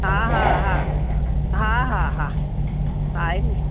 हा हा हा हा हा हा आहे नी